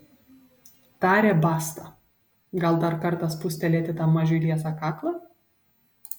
tarė basta gal dar kartą spustelėti tam mažiui liesą kaklą